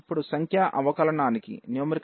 ఇప్పుడు సంఖ్యా అవకలనానికి మనం r1 లెక్కించాలి